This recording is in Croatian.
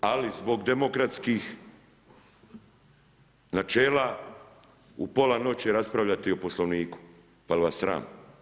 Ali zbog demokratskih načela u pola noći raspravljati o Poslovniku, pa jel' vas sram?